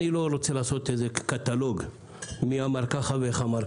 אני לא רוצה לעשות קטלוג מי אמר כך ומי אחרת,